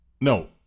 no